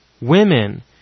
women